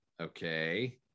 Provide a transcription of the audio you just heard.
Okay